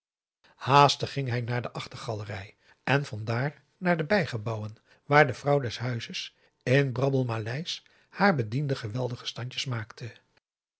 haastig ging hij naar de achtergalerij en van daar naar de bijgebouwen waar de vrouw des huizes in brabbelmaleisch haar bedienden geweldige standjes maakte